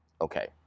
Okay